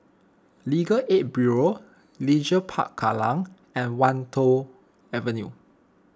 Legal Aid Bureau Leisure Park Kallang and Wan Tho Avenue